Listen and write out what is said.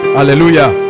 Hallelujah